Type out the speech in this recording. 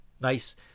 nice